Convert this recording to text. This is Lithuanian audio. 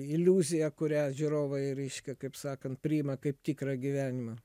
iliuzija kurią žiūrovai reiškia kaip sakant priima kaip tikrą gyvenimą